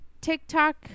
TikTok